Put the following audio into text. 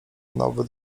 nowy